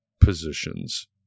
positions